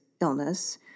illness